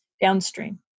downstream